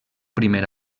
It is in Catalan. primer